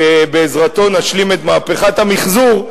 שבעזרתו נשלים את מהפכת המיחזור,